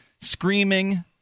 screaming